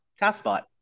TaskBot